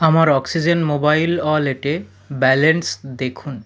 আমার oxygen mobile ওয়ালেটে balance দেখুন